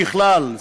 ככלל,